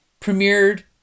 premiered